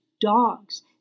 Dogs